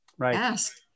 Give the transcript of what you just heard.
ask